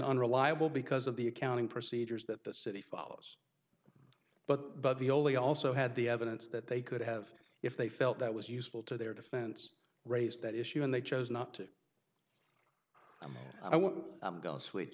unreliable because of the accounting procedures that the city follows but but the old they also had the evidence that they could have if they felt that was useful to their defense raise that issue and they chose not to i want i'm going to switch